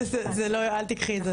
אל תיקחי את זה.